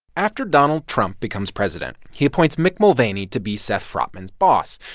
after donald trump becomes president, he appoints mick mulvaney to be seth frotman's boss.